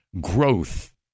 growth